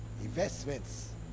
investments